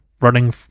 running